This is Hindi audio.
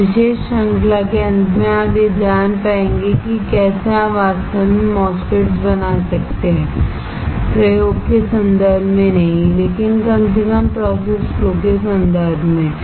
इस विशेष श्रृंखला के अंत में आप यह जान पाएंगे कि कैसे आप वास्तव में MOSFETs बना सकते हैं प्रयोग के संदर्भ में नहीं लेकिन कम से कम प्रोसेस फ्लो के संदर्भ में